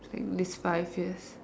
like this five years